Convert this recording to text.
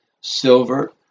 silver